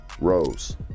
Rose